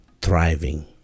thriving